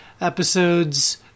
episodes